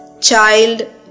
child